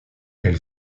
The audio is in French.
elle